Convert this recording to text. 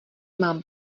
mám